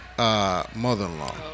Mother-in-law